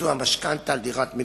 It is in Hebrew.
לביצוע משכנתה על דירת מגורים.